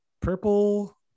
Purple